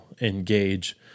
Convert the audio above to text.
engage